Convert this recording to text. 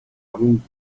تموم